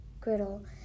griddle